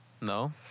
No